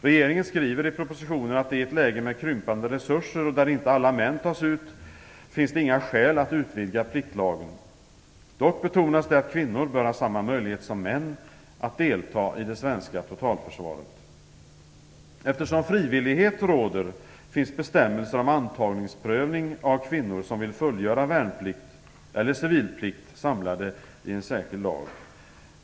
Regeringen skriver i propositionen att det i ett läge med krympande resurser och där inte alla män tas ut inte finns några skäl att utvidga pliktlagen. Dock betonas det att kvinnor bör ha samma möjlighet som män att delta i det svenska totalförsvaret. Eftersom frivillighet råder finns bestämmelser om antagningsprövning av kvinnor som vill fullgöra värnplikt eller civilplikt samlade i en särskild lag.